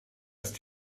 ist